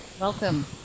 Welcome